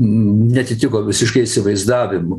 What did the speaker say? neatitiko visiškai įsivaizdavimų